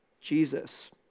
Jesus